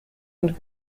und